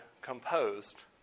composed